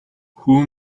хүү